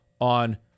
on